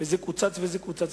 זה קוצץ וזה קוצץ,